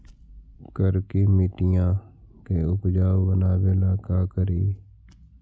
करिकी मिट्टियां के उपजाऊ बनावे ला का करी?